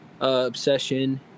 obsession